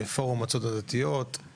פורום המועצות הדתיות,